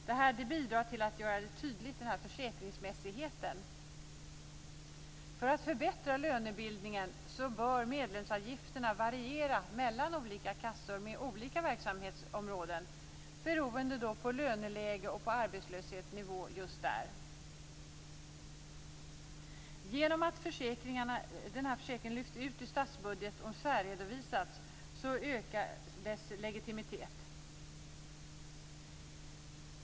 Detta bidrar till att göra försäkringsmässigheten tydlig. För att förbättra lönebildningen bör medlemsavgifterna variera mellan olika kassor med olika verksamhetsområden beroende på löneläge och arbetslöshetsnivå just där. Genom att försäkringen lyfts ut ur statsbudgeten och särredovisas ökar dess legitimitet.